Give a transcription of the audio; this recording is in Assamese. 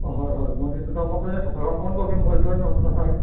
অ হয় হয় মইতো এইটো টাইমত থকা